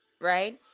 right